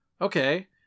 okay